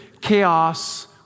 chaos